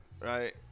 right